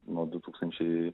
nuo du tūkstančiai